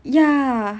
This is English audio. ya